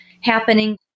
happening